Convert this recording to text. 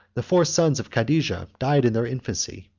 the four sons of cadijah died in their infancy.